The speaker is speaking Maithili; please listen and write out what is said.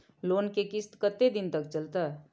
लोन के किस्त कत्ते दिन तक चलते?